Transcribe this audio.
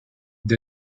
the